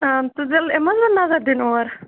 آ تیٚلہِ حظ یِمو نا نَظَر دِنہِ اور